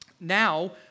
Now